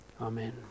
Amen